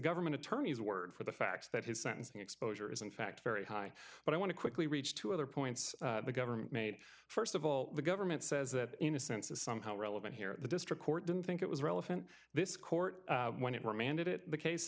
government attorneys word for the fact that his sentencing exposure is in fact very high but i want to quickly reach two other points the government made st of all the government says that innocence is somehow relevant here the district court didn't think it was relevant this court when it